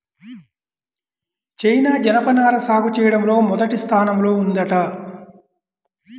China జనపనార సాగు చెయ్యడంలో మొదటి స్థానంలో ఉందంట